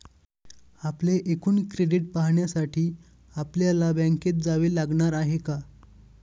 आपले एकूण क्रेडिट पाहण्यासाठी आपल्याला बँकेत जावे लागणार आहे का?